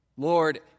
Lord